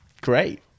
great